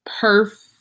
perfect